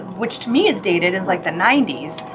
which to me is dated, is like the ninety s!